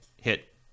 hit